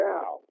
Now